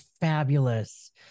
fabulous